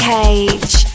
Cage